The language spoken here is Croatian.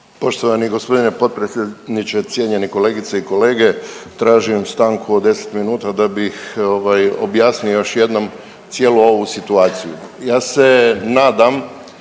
Poštovani g. potpredsjedniče, cijenjene kolegice i kolege. Tražim stanku od 10 minuta da bih ovaj objasnio još jednom cijelu ovu situaciju. Ja se nadam